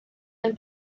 ein